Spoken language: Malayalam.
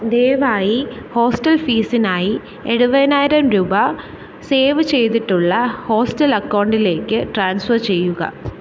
ദയവായി ഹോസ്റ്റൽ ഫീസിനായി എഴുപതിനായിരം രൂപ സേവ് ചെയ്തിട്ടുള്ള ഹോസ്റ്റൽ അക്കൌണ്ടിലേക്ക് ട്രാൻസ്ഫർ ചെയ്യുക